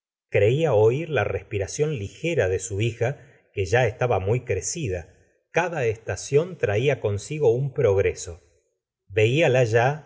creta oir la respiración ligera de su hija que ya estaba muy crecida cada estación traía consigo un progreso veíala ya